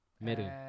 middle